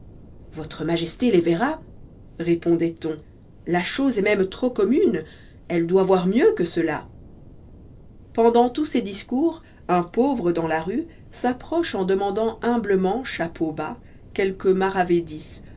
votre majesté les verra répondoit on la chose est même trop commune elle doit voir mieux que cela pendant tous ces discours un pauvre dans la rue s'approche en demandant humblement chapeau bas quelques maravédis